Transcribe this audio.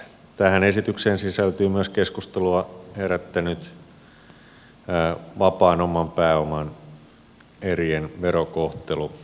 tähän esitykseen sisältyy myös keskustelua herättänyt vapaan oman pääoman erien verokohtelu